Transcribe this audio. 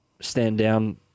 stand-down